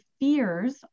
fears